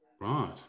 right